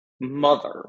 mother